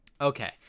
Okay